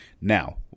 Now